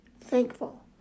thankful